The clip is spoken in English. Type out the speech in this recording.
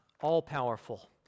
all-powerful